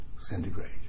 Centigrade